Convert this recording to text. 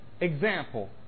example